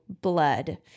blood